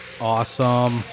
Awesome